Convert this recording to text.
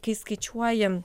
kai skaičiuojam